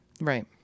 Right